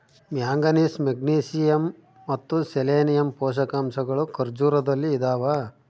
manganese magnesium ಮತ್ತು selenium ಪೋಷಕಾಂಶಗಳು ಖರ್ಜೂರದಲ್ಲಿ ಇದಾವ